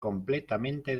completamente